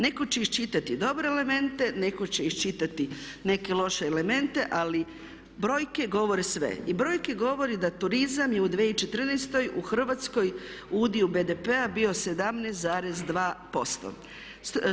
Netko će iščitati dobre elemente, netko će iščitati neke loše elemente ali brojke govore sve i brojke govore da turizam je u 2014. u Hrvatskoj u udio BDP-a bio 17,2%